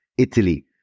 Italy